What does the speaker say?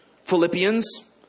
Philippians